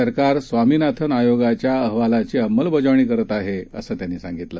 सरकारस्वामीनाथनआयोगाच्याअहवालाचीअंमलबजावणीकरतआहे असंत्यांनीसांगितलं